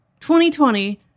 2020